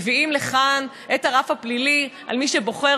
מביאים לכאן את הרף הפלילי על מי שבוחר